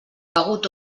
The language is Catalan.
begut